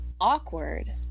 awkward